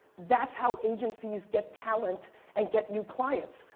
that's how agencies get talent and get new clients.